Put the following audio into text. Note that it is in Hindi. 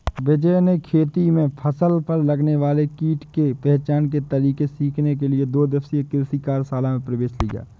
विजय ने खेती में फसल पर लगने वाले कीट के पहचान के तरीके सीखने के लिए दो दिवसीय कृषि कार्यशाला में प्रवेश लिया